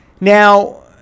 Now